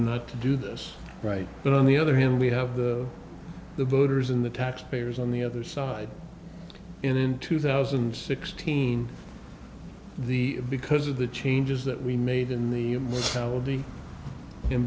not to do this right but on the other hand we have the voters in the taxpayers on the other side in two thousand and sixteen the because of the changes that we made in the